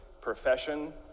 profession